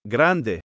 Grande